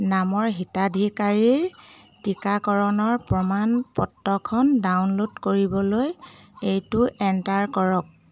নামৰ হিতাধিকাৰীৰ টিকাকৰণৰ প্ৰমাণপত্ৰখন ডাউনল'ড কৰিবলৈ এইটো এণ্টাৰ কৰক